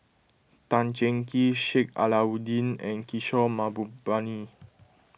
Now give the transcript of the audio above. Tan Cheng Kee Sheik Alau'ddin and Kishore Mahbubani